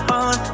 on